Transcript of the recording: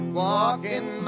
walking